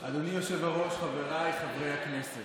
אדוני היושב-ראש, חבריי חברי הכנסת,